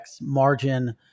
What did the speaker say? margin